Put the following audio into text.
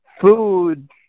food